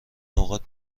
نقاط